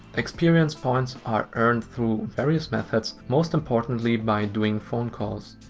experience points are earned through various methods, most importantly by doing phone calls.